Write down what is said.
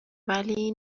ولی